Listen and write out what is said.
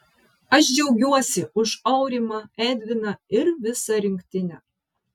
aš džiaugiuosi už aurimą edviną ir visą rinktinę